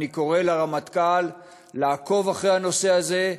אני קורא לרמטכ"ל לעקוב אחרי הנושא הזה,